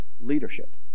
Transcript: leadership